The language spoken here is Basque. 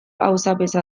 auzapeza